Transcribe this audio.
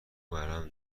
ورم